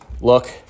Look